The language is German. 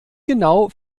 genau